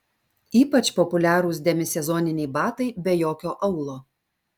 ypač populiarūs demisezoniniai batai be jokio aulo